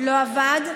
לא עבד.